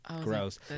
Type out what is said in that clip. gross